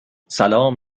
سلام